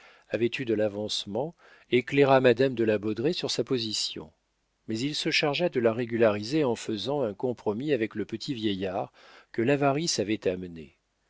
avait eu de l'avancement éclaira madame de la baudraye sur sa position mais il se chargea de la régulariser en faisant un compromis avec le petit vieillard que l'avarice avait amené